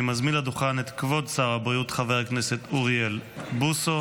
אני מזמין לדוכן את כבוד שר הבריאות חבר הכנסת אוריאל בוסו.